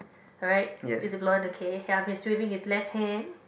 alright is a blonde ok ya he is swinging his left hand